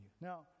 Now